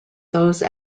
those